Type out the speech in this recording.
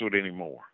anymore